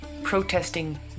protesting